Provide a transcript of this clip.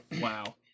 Wow